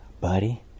Buddy